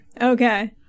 Okay